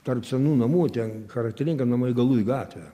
tarp senų namų ten charakteringa namai galu į gatvę